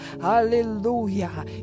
Hallelujah